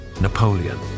Napoleon